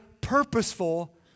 purposeful